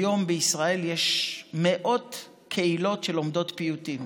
היום בישראל יש מאות קהילות שלומדות פיוטים.